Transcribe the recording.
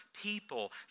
people